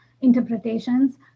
interpretations